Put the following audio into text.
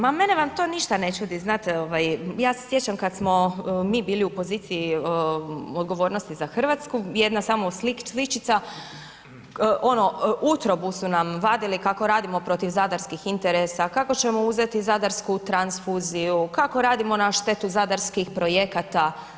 Ma mene vam to ništa ne čudi, znate, ja se sjećam kad smo mi bili u poziciji odgovornosti za Hrvatsku, jedna samo sličica, ono, utrobu su nam vadili kako radimo protiv zadarskih interesa, kako ćemo uzeti zadarsku transfuziju, kako radimo na štetu zadarskih projekata.